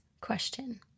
question